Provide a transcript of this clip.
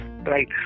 right